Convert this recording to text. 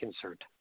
concerned